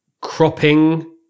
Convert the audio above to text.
cropping